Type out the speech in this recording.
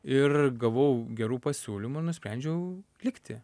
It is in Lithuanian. ir gavau gerų pasiūlymų nusprendžiau likti